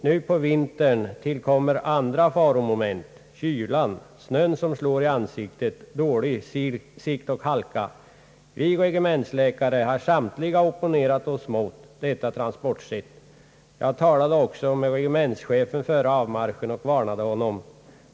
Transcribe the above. Nu på vintern tillkommer andra faromoment — kylan, snön som slår i ansiktet, dålig sikt och halka. Vi regementsläkare har samtliga opponerat oss mot detta transportsätt. Jag talade också med regementschefen före avmarschen och varnade honom.